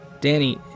Danny